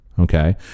okay